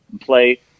play